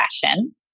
fashion